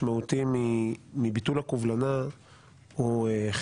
סדר-היום: קביעת ועדה לדיון בהצעת חוק לביטול קובלנה (תיקוני חקיקה),